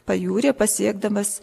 pajūryje pasiekdamas